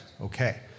Okay